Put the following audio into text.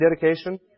dedication